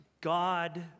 God